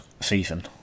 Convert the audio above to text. season